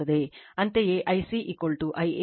ಅಂತೆಯೇ I c Ia ಕೋನ 120 o